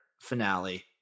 finale